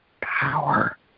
power